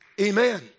Amen